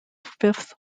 fifth